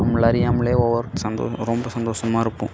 நம்மளை அறியாமலேயே ஒவ்வொரு சந்தோஷ ரொம்ப சந்தோஷமா இருப்போம்